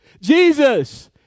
Jesus